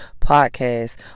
podcast